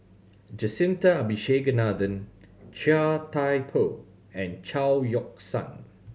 Jacintha Abisheganaden Chia Thye Poh and Chao Yoke San